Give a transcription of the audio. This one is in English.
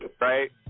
right